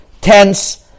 tense